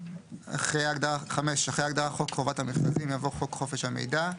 אחרי ההגדרה "חוק חובת המכרזים" יבוא: ""חוק חופש המידע"